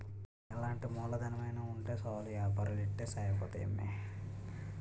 ఎలాంటి మూలధనమైన ఉంటే సాలు ఏపారాలు ఇట్టే సాగిపోతాయి అమ్మి